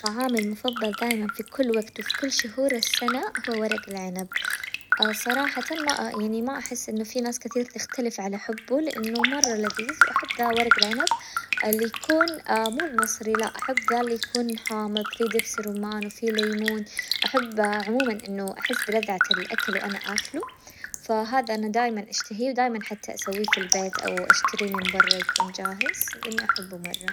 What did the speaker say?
طعامي المفضل دايماً في كل وقت وفي كل شهور السنة هو ورق العنب، صراحةً ما يعني ما أحس إنه في ناس كثير تختلف على حبه لأنه مرة لذيذ، وأحب ذا ورق العنب اللي يكون مو المصري لا أحب ذا اللي يكون حامظ في دبس رمان وفيه ليمون، أحب عموماً إنه أحس بلذعة الأكل وأنا آكله، فهذا أنا دايماً أشتهيه ودايماً حتى أسويه في البيت أو أشتريه من برة يكون جاهز، إني أحبه مرة.